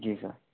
जी sir